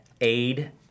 aid